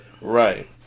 Right